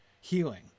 healing